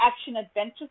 action-adventure